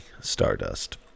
Stardust